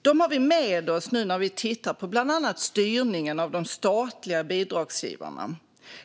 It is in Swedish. Dem har vi med oss när vi nu tittar på bland annat styrningen av de statliga bidragsgivarna.